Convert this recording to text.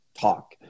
talk